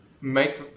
make